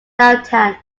downtown